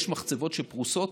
יש מחצבות שפרוסות